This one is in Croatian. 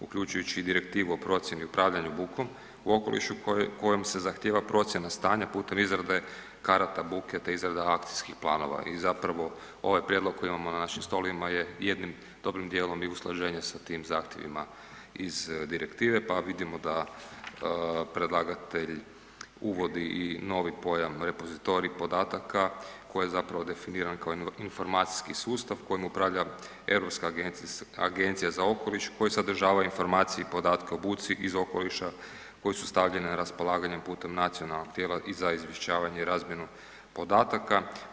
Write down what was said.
uključujući i Direktivu o procjeni i upravljanju bukom u okolišu kojom se zahtijeva procjena stanja putem izrada karata buke te izrada akcijskih planova i zapravo ovaj prijedlog koji imamo na našim stolovima je jednim dobrim djelom i usklađenje sa tim zahtjevima iz direktive pa vidimo da predlagatelj uvodi i novi pojam „repozitorij podataka“ koji je zapravo definiran kao jedan informacijski sustav kojim upravlja Europska agencija za okoliša koji sadržava informacije i podatke o buci iz okoliša koje su stavljene na raspolaganje putem nacionalnog tijela i za izvještavanje i razmjenu podataka.